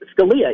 Scalia